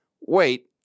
wait